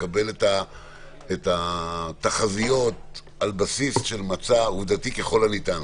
לקבל את התחזיות על בסיס של מצע עובדתי ככל הניתן.